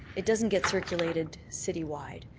it doesn't get circulated city-wide,